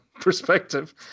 perspective